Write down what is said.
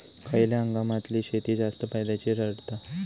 खयल्या हंगामातली शेती जास्त फायद्याची ठरता?